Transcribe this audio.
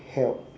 help